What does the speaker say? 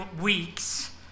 weeks